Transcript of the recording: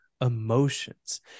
emotions